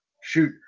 Shoot